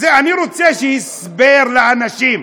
אני רוצה שיהיה הסבר לאנשים.